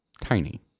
Tiny